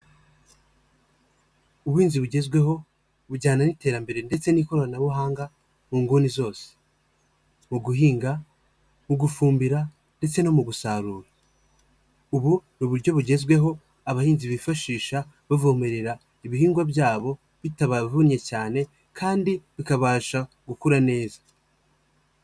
Ubuhinzi bugezweho bujyana n'iterambere ndetse n'ikoranabuhanga mu nguni zose mu guhinga, mu gufumbira ndetse no mu gusarura, ubu ni uburyo bugezweho abahinzi bifashisha bavomerera ibihingwa byabo bitabavunnye cyane kandi bikabasha gukura neza.